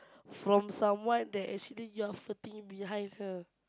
from someone that actually you are flirting behind her